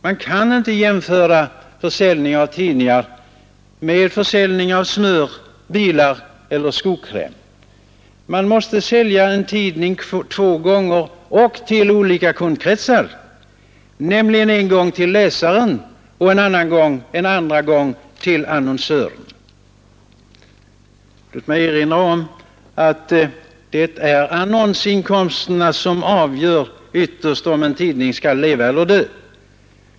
Man kan inte jämföra försäljning av tidningar med försäljning av smör, bilar eller skokräm. Man måste sälja en tidning två gånger och till olika kundkretsar, nämligen en gång till läsaren och en andra gång till annonsören. Låt mig erinra om att det är annonsinkomsterna som ytterst avgör om en tidning skall leva eller dö.